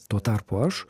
tuo tarpu aš